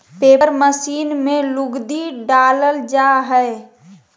paper machine में लुगदी डालल जा हय